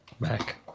back